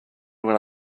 when